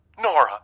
Nora